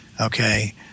okay